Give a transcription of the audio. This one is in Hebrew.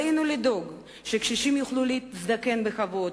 עלינו לדאוג שקשישים יוכלו להזדקן בכבוד,